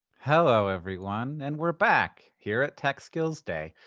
hello everyone. and we're back here at tech skills day.